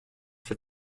for